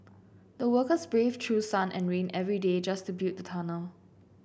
the workers braved through sun and rain every day just to build the tunnel